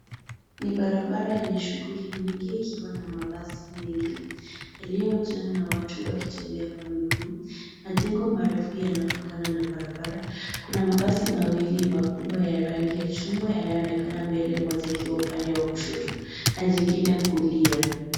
Ni barabara yenye shughuli nyingi ikiwa na mabasi mengi yaliyojaa na watu wakitembea kwa miguu. Majengo marefu yanapakana na barabara. Kuna mabasi mawili makubwa ya rangi ya chungwa yanayoonekana mbele moja ikiwa upande wa kushoto na jingine kulia.